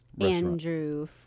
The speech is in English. Andrew